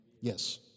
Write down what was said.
Yes